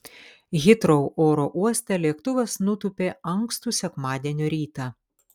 hitrou oro uoste lėktuvas nutūpė ankstų sekmadienio rytą